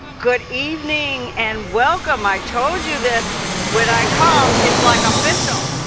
good evening, and welcome. i told you that when i come it's like official.